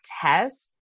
test